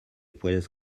puedes